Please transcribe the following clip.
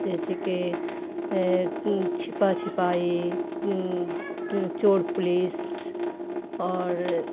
جیسے کہ چھپا چھپائی چور پولیس اور